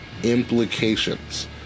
Implications